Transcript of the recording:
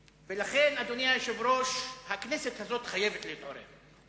ולכן, אדוני היושב-ראש, הכנסת הזאת חייבת להתעורר.